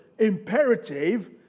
Imperative